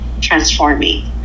transforming